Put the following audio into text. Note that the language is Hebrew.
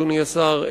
אדוני השר,